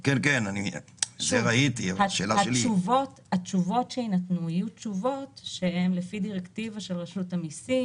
לקוחות." התשובות שיינתנו יהיו תשובות שהן לפי דירקטיבה של רשות המיסים,